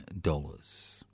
dollars